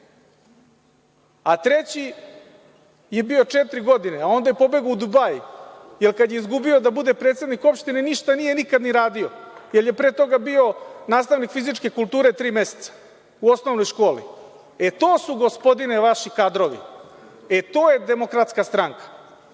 Kopu. Treći je bio četiri godine, a onda je pobegao u Dubai, jer kad je izgubio da bude predsednik opštine ništa nije nikad ni radio, jer je pre toga bio nastavnik fizičke kulture tri meseca u osnovnoj školi. To su gospodine vaši kadrovi, e to je DS. Zato je